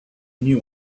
new